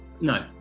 No